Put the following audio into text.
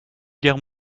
guerre